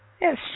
yes